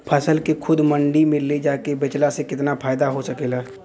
फसल के खुद मंडी में ले जाके बेचला से कितना फायदा हो सकेला?